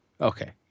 Okay